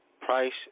Price